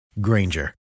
Granger